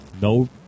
no